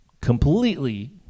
completely